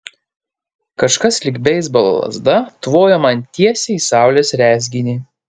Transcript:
kažkas lyg beisbolo lazda tvojo man tiesiai į saulės rezginį